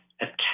attack